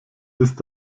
ist